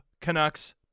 Canucks